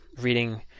reading